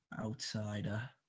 outsider